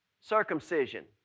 Circumcision